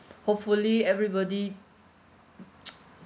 hopefully everybody